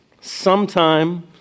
sometime